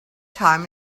time